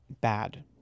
bad